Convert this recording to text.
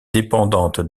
dépendante